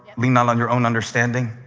lean not on your own understanding.